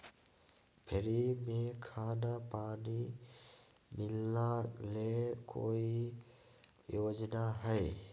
Free में खाना पानी मिलना ले कोइ योजना हय?